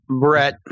Brett